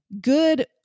good